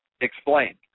Explain